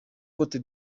cote